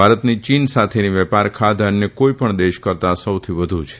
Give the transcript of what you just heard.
ભારતની ચીન સાથેની વેપાર ખાદ્ય અન્ય કોઇપણ દેશ કરતા સૌથી વધુ છે